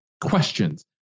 questions